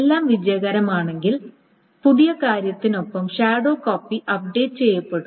എല്ലാം വിജയകരമാണെങ്കിൽ പുതിയ കാര്യത്തിനൊപ്പം ഷാഡോ കോപ്പി അപ്ഡേറ്റ് ചെയ്യപ്പെടും